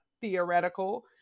theoretical